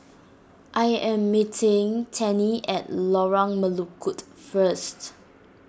I am meeting Tennie at Lorong Melukut first